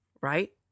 right